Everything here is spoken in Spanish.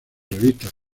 revistas